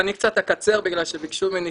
אני קצת אקצר בגלל שביקשו ממני,